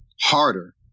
harder